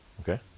Okay